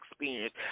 experience